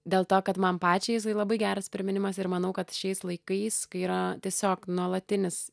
dėl to kad man pačiai jisai labai geras priminimas ir manau kad šiais laikais kai yra tiesiog nuolatinis